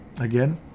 again